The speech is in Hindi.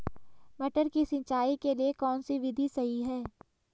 मटर की सिंचाई के लिए कौन सी विधि सही है?